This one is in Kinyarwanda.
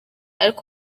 ariko